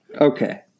Okay